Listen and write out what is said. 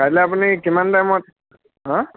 কাইলৈ আপুনি কিমান টাইমত হা